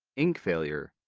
ink failure,